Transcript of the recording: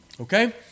okay